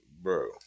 bro